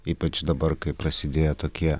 ypač dabar kai prasidėjo tokie